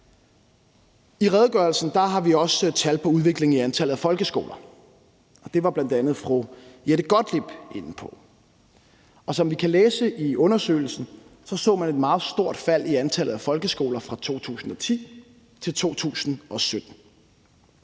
I redegørelsen har vi også tal på udviklingen i antallet af folkeskoler. Det var bl.a. fru Jette Gottlieb inde på. Som vi kan læse i redegørelsen, så man et meget stort fald i antallet af folkeskoler fra 2010 til 2017.